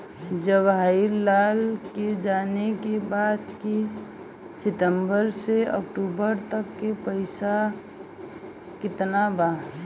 जवाहिर लाल के जाने के बा की सितंबर से अक्टूबर तक के पेसवा कितना बा?